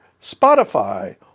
Spotify